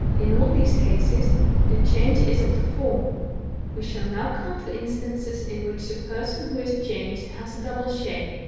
in all these cases the change is of the form we shall now come to instances in which the person who is changed has a double shape,